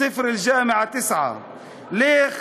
"לך